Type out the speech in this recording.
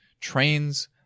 trains